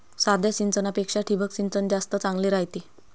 साध्या सिंचनापेक्षा ठिबक सिंचन जास्त चांगले रायते